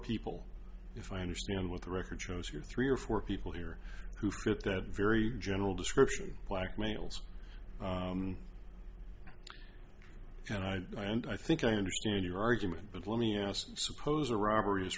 people if i understand what the record shows here three or four people here who fit that very general description black males and i and i think i understand your argument but let me ask suppose a robbery is